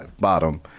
Bottom